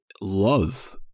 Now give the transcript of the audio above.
love